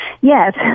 Yes